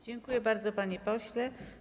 Dziękuję bardzo, panie pośle.